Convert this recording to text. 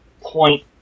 point